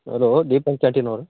hello Deepak canteen ಅವ್ರ